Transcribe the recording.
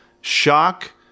shock